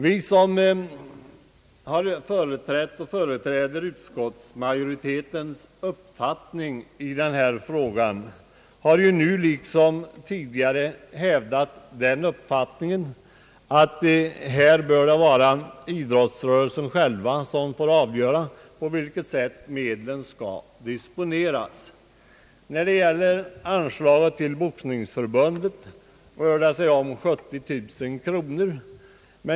Vi som har företrätt och företräder utskottsmajoritetens uppfattning i den här frågan har ju liksom tidigare hävdat den uppfattningen att idrottsrörelsen själv bör få avgöra på vilket sätt medlen skall disponeras. Anslaget till Boxningsförbundet rör sig om 70 000 kronor.